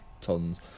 tons